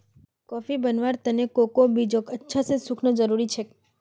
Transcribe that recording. coffee बनव्वार त न कोकोआ बीजक अच्छा स सुखना जरूरी छेक